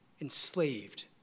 enslaved